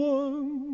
one